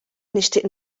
nixtieq